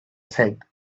said